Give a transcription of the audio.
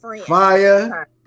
fire